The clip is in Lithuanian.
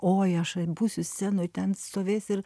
oi aš būsiu scenoj ten stovės ir